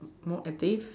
more active